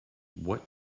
what